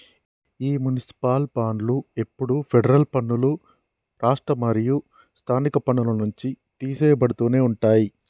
ఈ మునిసిపాల్ బాండ్లు ఎప్పుడు ఫెడరల్ పన్నులు, రాష్ట్ర మరియు స్థానిక పన్నుల నుంచి తీసెయ్యబడుతునే ఉంటాయి